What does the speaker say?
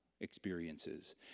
experiences